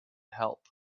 help